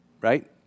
right